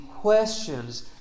questions